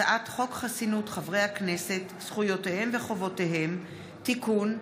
הצעת חוק החזר גביית יתר (תיקוני חקיקה),